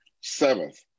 Seventh